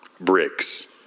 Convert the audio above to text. bricks